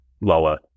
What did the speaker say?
lower